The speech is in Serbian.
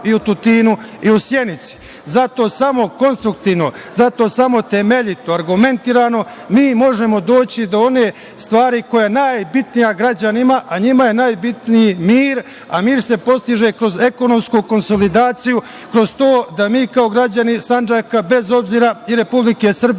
i u Tutinu i u Sjenici. Zato samo konstruktivno, zato samo temeljito, argumentirano mi možemo doći do one stvari koje je najbitnija građanima, a njima je najbitniji mir, a mir se postiže kroz ekonomsku konsolidaciju, kroz to da mi kao građani Sandžaka, bez obzira, i Republike Srbije,